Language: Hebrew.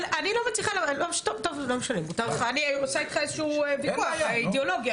אני עושה איתך ויכוח אידיאולוגי.,